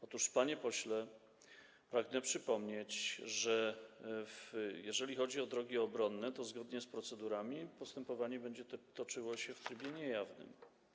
Otóż, panie pośle, pragnę przypomnieć, że jeżeli chodzi o drogi obronne, to zgodnie z procedurami postępowanie będzie toczyło się w trybie niejawnym.